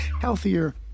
healthier